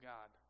God